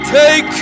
take